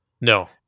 No